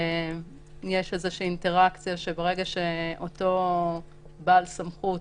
בדרך כלל יש איזושהי אינטרקציה שכשבעל הסמכות